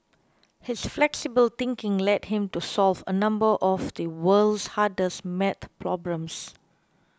his flexible thinking led him to solve a number of the world's hardest maths problems